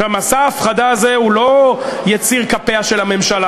מסע ההפחדה הזה הוא לא יציר כפיה של הממשלה,